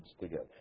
together